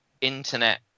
internet